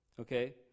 Okay